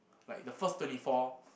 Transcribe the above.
like the first twenty four